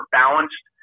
balanced